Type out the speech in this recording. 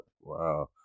Wow